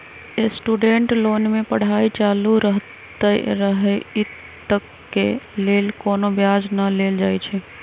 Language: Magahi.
स्टूडेंट लोन में पढ़ाई चालू रहइत तक के लेल कोनो ब्याज न लेल जाइ छइ